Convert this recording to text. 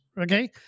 okay